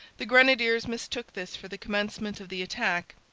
the grenadiers mistook this for the commencement of the attack.